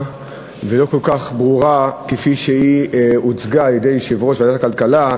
ולא כל כך ברורה כפי שהיא הוצגה על-ידי יושב-ראש ועדת הכלכלה.